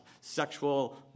sexual